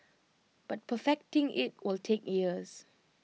but perfecting IT will take years